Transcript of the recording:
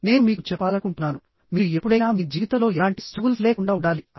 నేను మీకు చెప్పాలనుకుంటున్నాను మీరు ఎప్పుడైనా మీ జీవితంలో ఎలాంటి స్ట్రగుల్స్ లేకుండా ఉండాలి అని